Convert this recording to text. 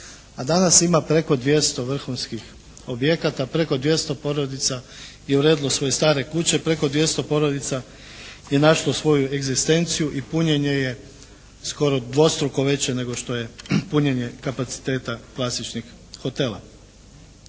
A danas ima preko 200 vrhunskih objekata, preko 200 porodica je uredilo svoj stare kuće, preko 200 porodica je našlo svoju egzistenciju i punjenje je skoro dvostruko veće nego što je punjenje kapaciteta klasičnih hotela.